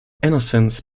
innocence